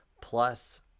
plus